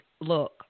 look